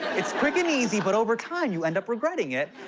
it's quick and easy, but over time, you end up regretting it.